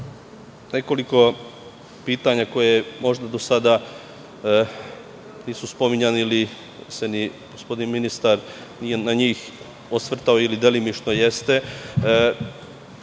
nekoliko pitanja koja možda do sada nisu spominjana ili se ni gospodin ministar nije na njih osvrtao ili delimično jeste.